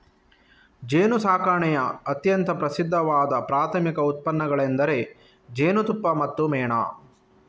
ಜೇನುಸಾಕಣೆಯ ಅತ್ಯಂತ ಪ್ರಸಿದ್ಧವಾದ ಪ್ರಾಥಮಿಕ ಉತ್ಪನ್ನಗಳೆಂದರೆ ಜೇನುತುಪ್ಪ ಮತ್ತು ಮೇಣ